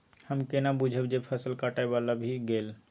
हम केना बुझब जे फसल काटय बला भ गेल?